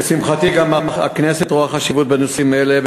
לשמחתי, גם הכנסת רואה חשיבות בנושאים האלה.